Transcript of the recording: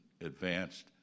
advanced